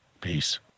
Peace